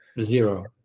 Zero